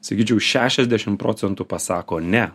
sakyčiau šešiasdešim procentų pasako ne